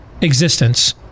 existence